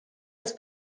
als